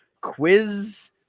Quiz